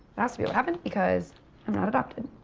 has to be what happened because i'm not adopted.